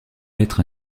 être